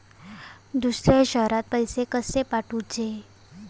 दुसऱ्या शहरात पैसे कसे पाठवूचे?